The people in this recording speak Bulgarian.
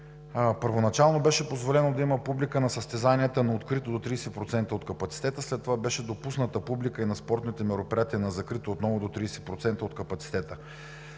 Първоначално беше позволено да има публика за състезанията на открито до 30% от капацитета, след това беше допусната публика и за спортните мероприятия на закрито отново до 30% от капацитета.